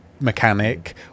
mechanic